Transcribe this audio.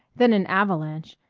then an avalanche,